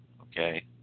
Okay